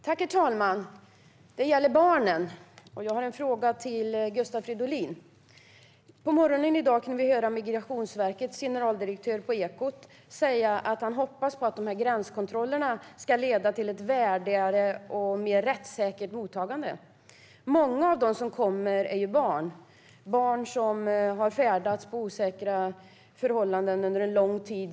Herr talman! Det gäller barnen. Jag har en fråga till Gustav Fridolin. På morgonen i dag kunde vi i Ekot höra Migrationsverkets generaldirektör säga att han hoppas att gränskontrollerna ska leda till ett värdigare och mer rättssäkert mottagande. Många av dem som kommer är barn som under lång tid har färdats genom Europa under osäkra förhållanden.